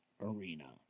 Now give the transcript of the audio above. Arena